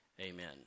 Amen